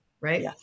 right